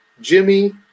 Jimmy